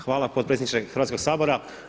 Hvala potpredsjedniče Hrvatskoga sabora.